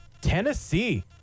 tennessee